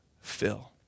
fill